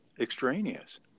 extraneous